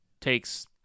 takes